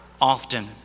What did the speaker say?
often